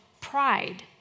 pride